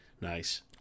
Nice